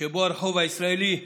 שבהם הרחוב הישראלי הומה,